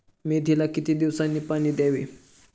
मेथीला किती दिवसांनी पाणी द्यावे?